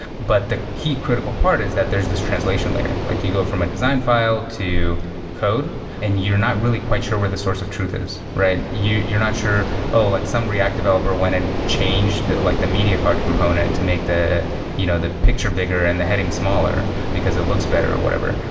but the key critical part is that there's this translation layer. like you go from a design file to code and you're not really quite sure where the source of truth is. you're not sure, oh! like some react developer went and changed like the media card component to make the you know the picture bigger and the heading smaller, because it looks better or whatever.